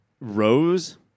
Rose